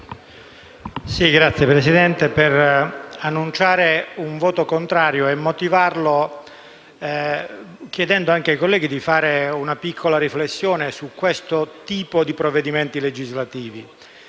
intervengo per annunciare un voto contrario e motivarlo, chiedendo anche ai colleghi di fare una piccola riflessione su questo tipo di provvedimenti legislativi.